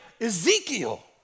Ezekiel